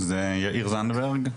יאיר זנדברג,